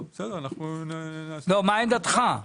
מה עמדתך?